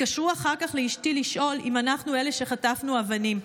התקשרו אחר כך לאשתי לשאול אם אנחנו אלה שחטפנו אבנים.